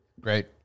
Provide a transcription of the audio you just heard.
Great